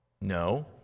no